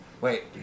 Wait